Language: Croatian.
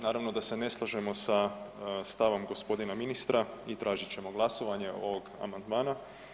Naravno da se ne slažemo sa stavom gospodina ministra i tražit ćemo glasovanje ovog amandmana.